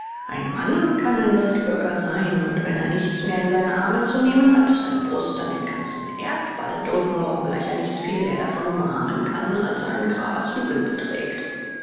ein mann kann ein weltbürger sein und wenn er nichts mehr in seine arme zu nehmen hat seine brust an den ganzen erdball drücken obgleich er nicht viel mehr davon umarmen kann als ein grabhügel beträgt